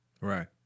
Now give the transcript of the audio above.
Right